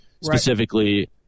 Specifically